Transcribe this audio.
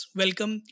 welcome